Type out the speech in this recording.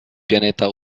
pianeta